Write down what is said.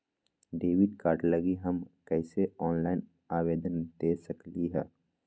Debit card लागी हम कईसे ऑनलाइन आवेदन दे सकलि ह?